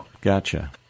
Gotcha